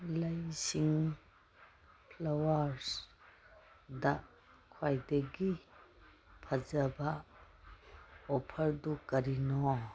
ꯂꯩꯁꯤꯡ ꯐ꯭ꯂꯥꯋꯥꯔꯁꯗ ꯈ꯭ꯋꯥꯏꯗꯒꯤ ꯐꯖꯕ ꯑꯣꯐꯔꯗꯨ ꯀꯔꯤꯅꯣ